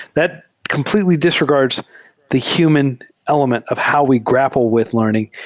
that completely disregards the human element of how we grapple with learn ing,